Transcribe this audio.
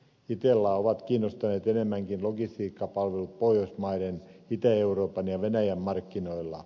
itellaa ovat kiinnostaneet enemmänkin logistiikkapalvelut pohjoismaiden itä euroopan ja venäjän markkinoilla